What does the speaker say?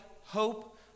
hope